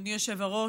אדוני היושב-ראש.